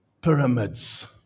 pyramids